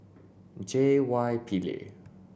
J Y Pillay